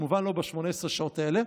כמובן לא ב-18 השעות האלה,